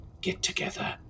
get-together